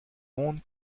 monde